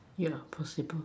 yeah possible